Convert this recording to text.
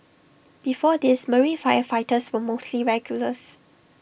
before this marine firefighters were mostly regulars